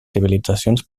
civilitzacions